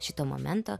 šito momento